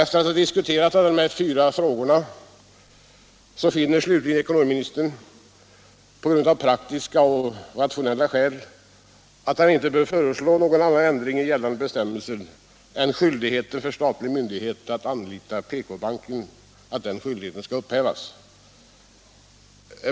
Efter att ha diskuterat dessa fyra frågor finner ekonomiministern — av praktiska och rationella skäl — att han inte bör föreslå någon annan ändring i gällande bestämmelser än att skyldigheten för statlig myndighet att anlita PK-banken skall upphävas.